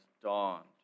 dawned